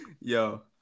yo